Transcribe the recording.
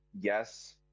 Yes